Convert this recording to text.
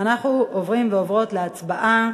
אנחנו עוברים ועוברות להצבעה